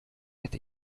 это